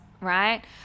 right